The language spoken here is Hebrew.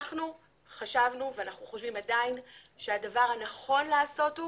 אנחנו חשבנו ועדיין חושבים שהדבר הנכון לעשות הוא